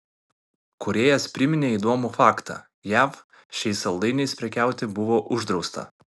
kūrėjas priminė įdomų faktą jav šiais saldainiais prekiauti buvo uždrausta